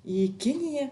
į kiniją